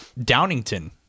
Downington